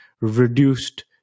reduced